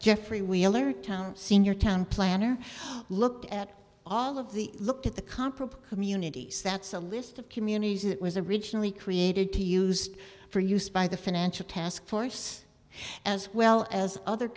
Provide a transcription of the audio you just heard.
geoffrey wheeler town senior town planner looked at all of the looked at the comparable communities that's a list of communities it was originally created to used for use by the financial taskforce as well as other